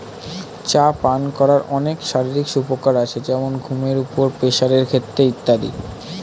চা পান করার অনেক শারীরিক সুপ্রকার আছে যেমন ঘুমের উপর, প্রেসারের ক্ষেত্রে ইত্যাদি